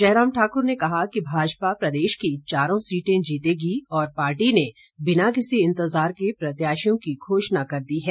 जयराम ठाक्र ने कहा कि भाजपा प्रदेश की चारों सीटें जीतेगी और पार्टी ने बिना किसी इंतजार के प्रत्याशियों की घोषणा कर दी है